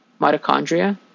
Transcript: Mitochondria